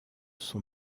son